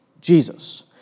Jesus